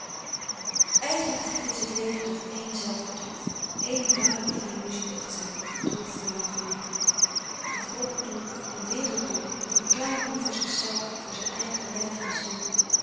eigenlijk is het leven toch éen zelfbedrog éen dwalen in illuzie dacht zij droef melancholiek een groot doel een werelddoel of een klein doel voor zichzelf voor zijn eigen lijf en ziel